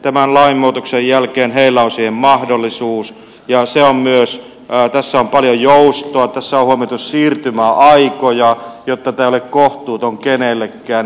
tämän lainmuutoksen jälkeen heillä on siihen mahdollisuus tässä on paljon joustoa tässä on huomioitu siirtymäaikoja jotta tämä ei ole kohtuuton kenellekään